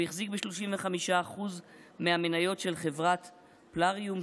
הוא החזיק ב-31% מהמניות של חברת פלאריום,